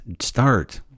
start